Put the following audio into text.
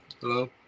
Hello